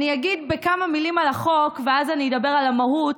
אגיד כמה מילים על החוק ואז אני אדבר על המהות,